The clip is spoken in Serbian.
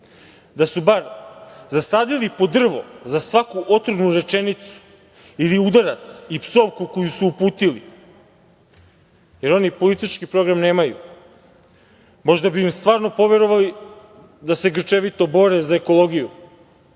da su bar zasadili po drvo za svaku otrovnu rečenicu ili udarac ili psovku koju su uputili, jer oni politički program nemaju. Možda bi im stvarno poverovali da se grčevito bore za ekologiju,